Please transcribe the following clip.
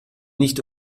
nicht